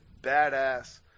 badass